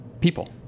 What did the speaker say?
people